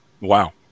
Wow